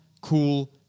cool